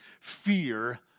fear